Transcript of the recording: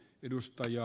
arvoisa puhemies